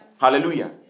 Hallelujah